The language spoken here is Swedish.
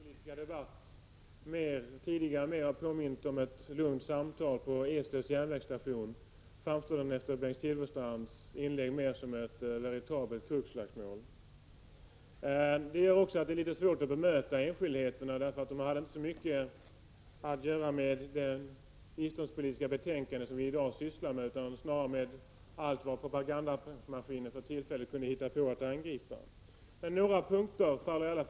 Herr talman! Om dagens biståndspolitiska debatt tidigare har påmint om ett lugnt samtal på Eslövs järnvägsstation, framstår den efter Bengt Silfverstrands inlägg mer som ett veritabelt krogslagsmål. Det är litet svårt att bemöta enskildheterna, eftersom de inte hade så mycket att göra med det biståndspolitiska betänkande vi i dag debatterar. Inlägget bestod snarare av allt propagandamaskinen för tillfället kunde hitta att angripa. Några punkter kan dock urskiljas.